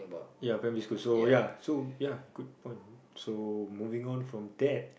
ya primary school so ya so ya good point so moving on from that